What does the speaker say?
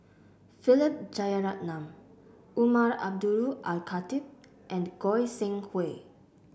Philip Jeyaretnam Umar Abdullah Al Khatib and Goi Seng Hui